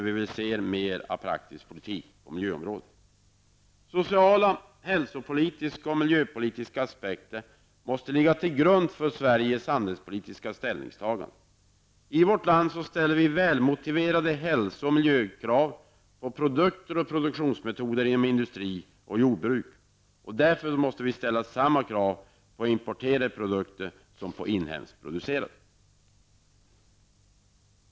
Vi vill dock se mer av praktisk politik på miljöområdet. Sociala, hälsopolitiska och miljömässiga aspekter måste ligga till grund för Sveriges handelspolitiska ställningstaganden. I vårt land ställs välmotiverade hälso och miljökrav på produkter och produktionsmetoder inom industri och jordbruk. Därför måste vi ställa samma krav på importerade produkter som på inhemskt producerade.